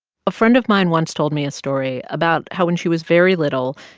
a friend of mine once told me a story about how when she was very little,